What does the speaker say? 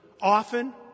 often